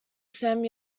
sam